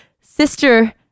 sister